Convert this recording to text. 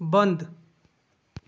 बंद